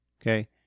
okay